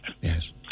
Yes